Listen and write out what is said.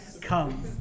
come